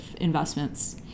investments